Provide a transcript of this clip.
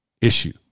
issue